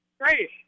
Great